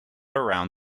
around